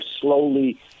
slowly